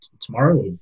tomorrow